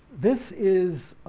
this is